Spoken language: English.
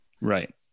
Right